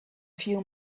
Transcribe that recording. few